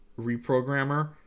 reprogrammer